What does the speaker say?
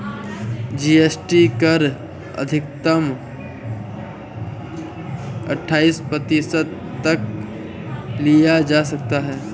GST कर अधिकतम अठाइस प्रतिशत तक लिया जा सकता है